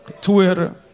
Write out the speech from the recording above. Twitter